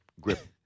grip